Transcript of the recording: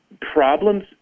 problems